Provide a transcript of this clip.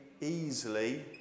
easily